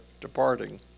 departing